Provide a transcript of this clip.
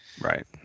Right